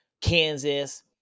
Kansas